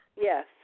Yes